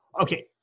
okay